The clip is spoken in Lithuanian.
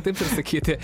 taip ir sakyti